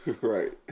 Right